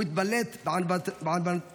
הוא התבלט בענוותו,